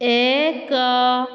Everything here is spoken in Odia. ଏକ